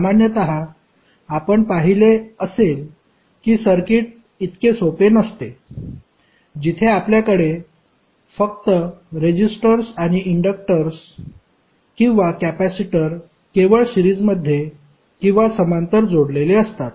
सामान्यतः आपण पाहिले असेल की सर्किट इतके सोपे नसते जिथे आपल्याकडे फक्त रेजिस्टर्स आणि इंडक्टर्स किंवा कॅपेसिटर केवळ सिरीजमध्ये किंवा समांतर जोडलेले असतात